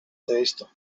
testa